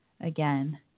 again